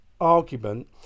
argument